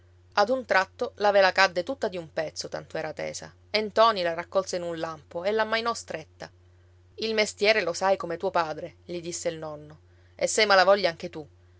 ad un tratto la vela cadde tutta di un pezzo tanto era tesa e ntoni la raccolse in un lampo e l'ammainò stretta il mestiere lo sai come tuo padre gli disse il nonno e sei malavoglia anche tu